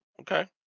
Okay